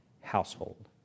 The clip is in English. household